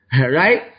right